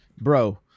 bro